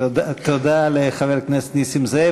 תודה לחבר הכנסת נסים זאב.